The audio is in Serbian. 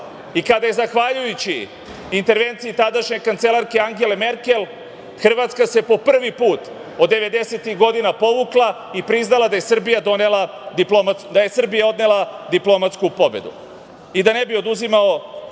i kada je zahvaljujući intervenciji tadašnje kancelarke Angele Merkel Hrvatska se po prvi put od devedesetih godina povukla i priznala da je Srbija odnela diplomatsku pobedu. Da ne bih oduzimao